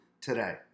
today